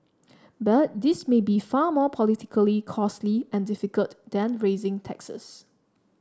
but this may be far more politically costly and difficult than raising taxes